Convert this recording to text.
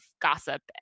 gossip